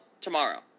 tomorrow